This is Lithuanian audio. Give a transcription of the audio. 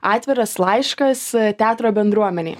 atviras laiškas teatro bendruomenei